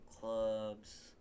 clubs